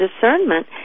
discernment